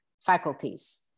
faculties